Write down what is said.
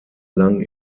lang